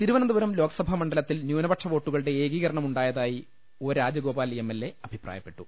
തിരുവനന്തപുരം ലോക്സഭാ മണ്ഡലത്തിൽ ന്യൂനപക്ഷവോ ട്ടുകളുടെ ഏകീകരണം ഉണ്ടായതായി O Rajagopal M L A അഭിപ്രായപ്പെട്ടു